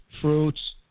fruits